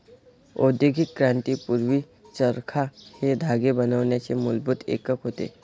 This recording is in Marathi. औद्योगिक क्रांती पूर्वी, चरखा हे धागे बनवण्याचे मूलभूत एकक होते